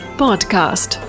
podcast